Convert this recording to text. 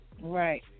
Right